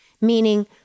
meaning